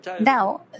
Now